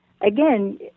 again